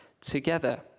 together